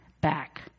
back